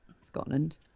Scotland